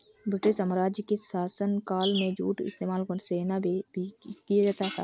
British साम्राज्य के शासनकाल में जूट का इस्तेमाल सेना में भी किया जाता था